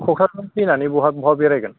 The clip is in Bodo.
क'क्राझार फैनानै बहा बहा बेरायगोन